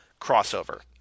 crossover